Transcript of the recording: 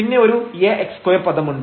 പിന്നെ ഒരു a x2 പദമുണ്ട്